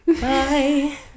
Bye